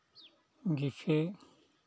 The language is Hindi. जिससे